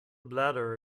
bladder